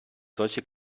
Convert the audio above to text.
solche